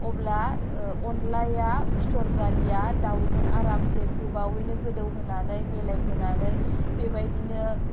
अब्ला अनलाया फिथर जालिया दाउजों आरामसे गोबावैनो गोदौहोनानै मिलायहोनानै बेबायदिनो